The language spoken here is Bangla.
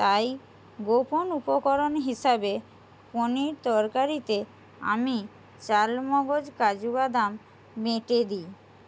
তাই গোপন উপকরণ হিসাবে পনির তরকারিতে আমি চালমগজ কাজু বাদাম বেটে দিই